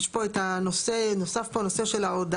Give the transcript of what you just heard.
אז יש פה את הנושא, נוסף פה הנושא של ההודעה.